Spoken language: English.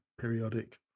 periodic